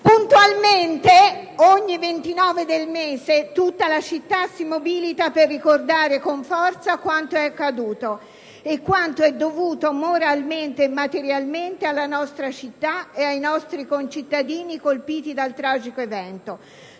Puntualmente, ogni 29 del mese, tutta la città si mobilita per ricordare con forza quanto è accaduto e quanto è dovuto moralmente e materialmente alla nostra città e ai nostri concittadini colpiti dal tragico evento.